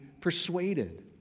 persuaded